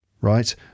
right